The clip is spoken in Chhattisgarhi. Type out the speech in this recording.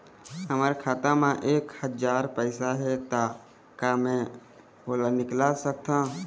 हमर खाता मा एक हजार पैसा हे ता का मैं ओला निकाल सकथव?